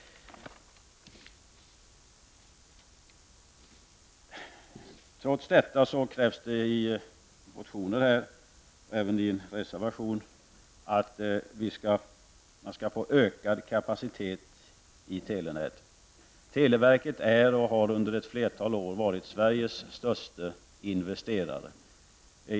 Trots detta krävs det i motioner och i en reservation att det skall skapas en ökad kapacitet i telenätet. Televerket har också under ett flertal år varit Sveriges största investerare.